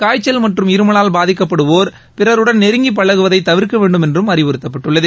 காய்ச்சல் மற்றும் இருமலால் பாதிக்கப்படுவோர் பிறருடன் நெருங்கி பழகுவதை தவிர்க்க வேண்டுமென்றும் அறிவுறுத்தப்பட்டுள்ளது